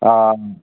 ആ